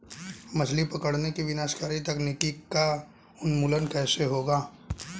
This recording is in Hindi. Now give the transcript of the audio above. मछली पकड़ने की विनाशकारी तकनीक का उन्मूलन कैसे होगा?